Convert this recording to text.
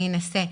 אני אנסה.